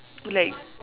like